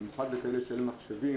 במיוחד למי שאין מחשב,